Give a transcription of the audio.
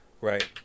Right